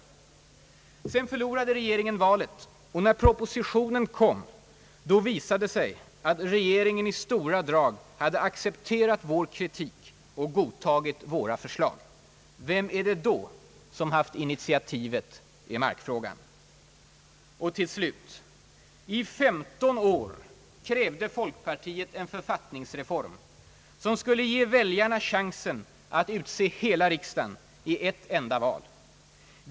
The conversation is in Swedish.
— Men sedan förlorade regeringen valet. Och när propositionen kom visade det sig att regeringen i stora drag accepterat vår kritik och godtagit våra förslag. Vem är det då som haft initiativet i markfrågan? Och till slut: I femton år krävde folkpartiet en författningsreform som skulle ge väljarna chansen att utse hela riksdagen i ett enda val.